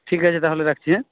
ঠিক আছে তাহলে রাখছি হ্যাঁ